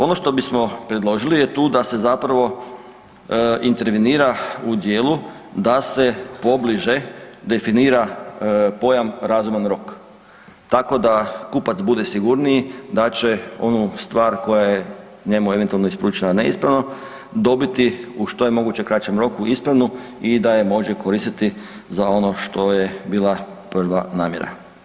Ono što bismo predložili je tu da se zapravo intervenira u dijelu da se pobliže definira pojam „razuman rok“, tako da kupac bude sigurniji da će onu stvar koja je njemu eventualno isporučena neispravno, dobiti u što je moguće kraćem roku ispravnu i da je može koristiti za ono što je bila prva namjera.